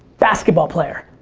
basketball player.